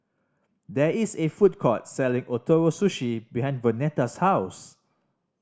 there is a food court selling Ootoro Sushi behind Vonetta's house